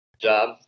job